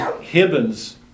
Hibbins